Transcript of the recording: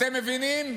אתם מבינים?